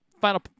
final